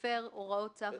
עבירה של הפרת הוראה חוקית,